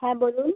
হ্যাঁ বলুন